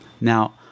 Now